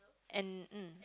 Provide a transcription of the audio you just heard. and mm